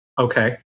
Okay